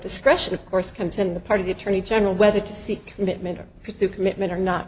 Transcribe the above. discretion of course comes in the part of the attorney general whether to seek commitment or pursue commitment or not